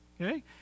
okay